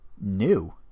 new